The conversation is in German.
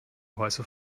häuser